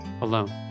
alone